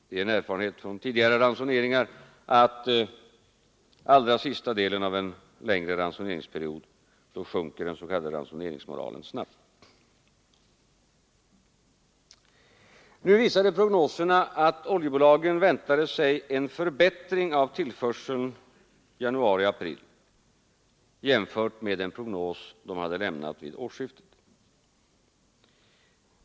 Det är en erfarenhet från tidigare ransoneringar att den s.k. ransoneringsmoralen snabbt sjunker under den allra sista delen av en längre ransoneringsperiod. Prognoserna visade att oljebolagen väntade sig en förbättring av tillförseln från januari till april jämfört med den prognos de hade lämnat vid årsskiftet.